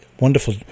wonderful